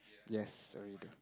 yes so you do